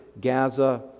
Gaza